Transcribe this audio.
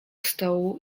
stołu